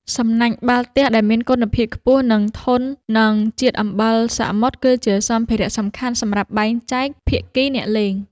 សំណាញ់បាល់ទះដែលមានគុណភាពខ្ពស់ និងធន់នឹងជាតិអំបិលសមុទ្រ គឺជាសម្ភារៈសំខាន់សម្រាប់បែងចែកភាគីអ្នកលេង។